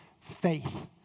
faith